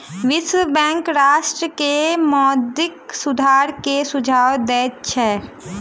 विश्व बैंक राष्ट्र के मौद्रिक सुधार के सुझाव दैत छै